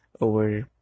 Over